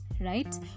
right